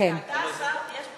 אנחנו לא יכולים לדחות את זה.